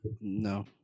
No